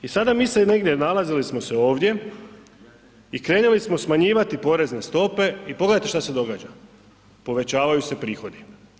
I sada mi se negdje nalazili smo se ovdje i krenili smo smanjivati porezne stope i pogledajte šta se događa, povećavaju se prihodi.